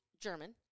German